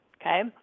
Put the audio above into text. okay